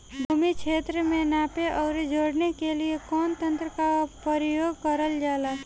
भूमि क्षेत्र के नापे आउर जोड़ने के लिए कवन तंत्र का प्रयोग करल जा ला?